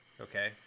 okay